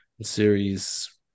series